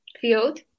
field